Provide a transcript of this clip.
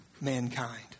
mankind